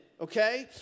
okay